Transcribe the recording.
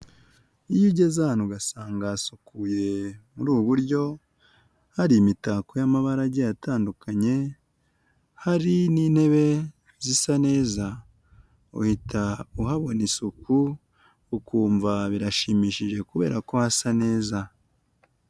Iyo ugeze ahantu ugasanga harasukuye muri ubu buryo, hari imitako y'amabara agiye atandukanye hari n'intebe zisa neza, uhita uhabona isuku ukumva birashimishije kubera ko asa neza.